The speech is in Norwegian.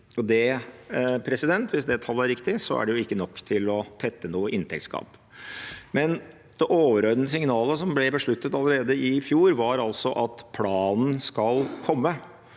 tallet er riktig, er det jo ikke nok til å tette noe inntektsgap. Det overordnede signalet som ble besluttet allerede i fjor, var at planen skal komme.